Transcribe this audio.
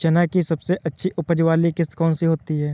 चना की सबसे अच्छी उपज किश्त कौन सी होती है?